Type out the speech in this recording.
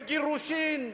בגירושים,